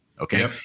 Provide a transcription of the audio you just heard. okay